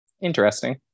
Interesting